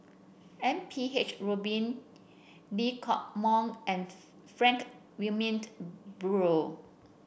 M P H Rubin Lee Hock Moh and Frank Wilmin Brewer